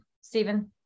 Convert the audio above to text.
Stephen